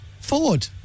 Ford